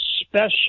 special